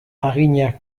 haginak